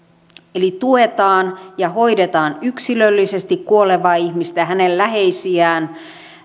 eli tuetaan ja hoidetaan yksilöllisesti kuolevaa ihmistä ja hänen läheisiään